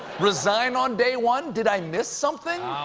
resign on day one? did i miss something?